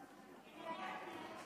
להצביע ממקומותיהם.